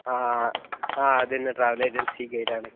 ആ ആ അതുതന്നെ ട്രാവൽ ഏജൻസി ഗൈഡ് ആണ്